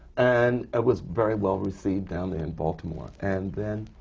and it was very well received down there in baltimore. and then